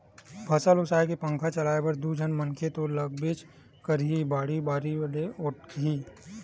फसल ओसाए के पंखा चलाए बर दू झन मनखे तो लागबेच करही, बाड़ी बारी ले ओटही